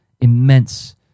immense